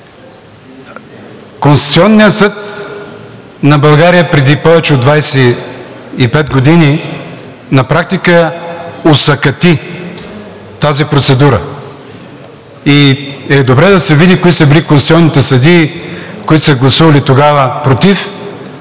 Конституционният съд на България преди повече от 25 години на практика осакати тази процедура и е добре да се види кои са били конституционните съдии, гласували тогава „против“,